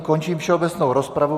Končím všeobecnou rozpravu.